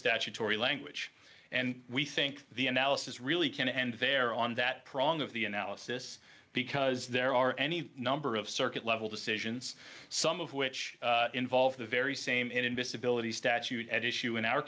statutory language and we think the analysis really can end there on that prong of the analysis because there are any number of circuit level decisions some of which involve the very same inadmissibility statute at issue in our